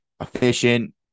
Efficient